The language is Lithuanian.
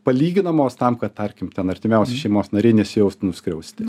palyginamos tam kad tarkim ten artimiausi šeimos nariai nesijaustų nuskriausti